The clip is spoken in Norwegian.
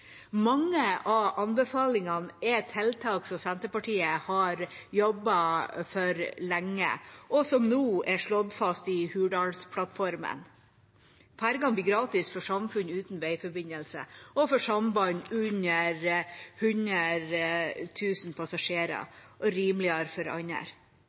Mange av anbefalingene er tiltak som Senterpartiet har jobbet for lenge, og som nå er slått fast i Hurdalsplattformen. Fergene blir gratis for samfunn uten veiforbindelse og med samband med under 100 000 passasjerer, og de blir rimeligere for andre.